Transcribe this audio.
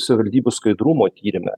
savivaldybių skaidrumo tyrime